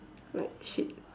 like shit